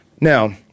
Now